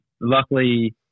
luckily